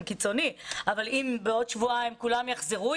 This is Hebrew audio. קיצוני אבל אם בעוד שבועיים כולם יחזרו,